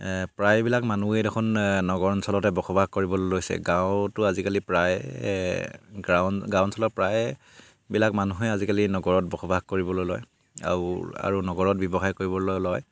প্ৰায়বিলাক মানুহে দেখোন নগৰ অঞ্চলতে বসবাস কৰিবলৈ লৈছে গাঁৱতো আজিকালি প্ৰায় গাঁও গাঁও অঞ্চলৰ প্ৰায়বিলাক মানুহে আজিকালি নগৰত বসবাস কৰিবলৈ লয় আৰু নগৰত ব্যৱসায় কৰিবলৈ লয়